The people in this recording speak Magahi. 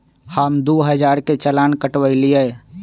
हम दु हजार के चालान कटवयली